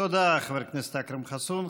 תודה לחבר הכנסת אכרם חסון.